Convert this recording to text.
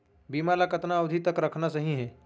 बीमा ल कतना अवधि तक रखना सही हे?